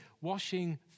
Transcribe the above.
washing